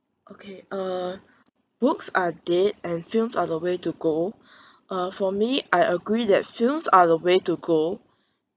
okay uh books are dead and films are the way to go uh for me I agree that films are the way to go